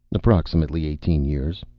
approximately eighteen years.